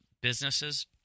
businesses